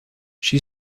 she